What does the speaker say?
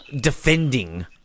defending